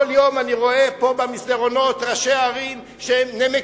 כל יום אני רואה פה במסדרונות ראשי ערים שנמקים,